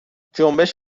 جنبش